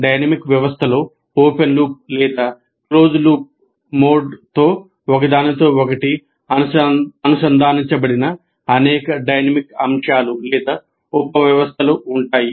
dynamic వ్యవస్థలో open loop లేదా closed loop మోడ్లో ఒకదానితో ఒకటి అనుసంధానించబడిన అనేక డైనమిక్ అంశాలు లేదా ఉపవ్యవస్థలు ఉంటాయి